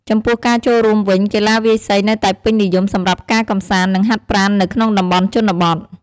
ចំពោះការចូលរួមវិញ កីឡាវាយសីនៅតែពេញនិយមសម្រាប់ការកម្សាន្ត និងហាត់ប្រាណនៅក្នុងតំបន់ជនបទ។